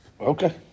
Okay